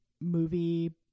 movie